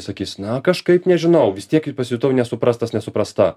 sakys na kažkaip nežinau vis tiek pasijutau nesuprastas nesuprasta